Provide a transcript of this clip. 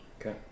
Okay